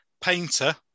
painter